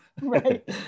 right